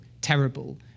Terrible